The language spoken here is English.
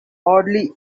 hardly